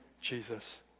jesus